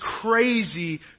crazy